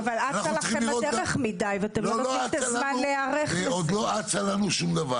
אנחנו צריכים לראות --- עוד לא אצה לנו שום דבר.